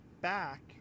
back